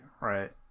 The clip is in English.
right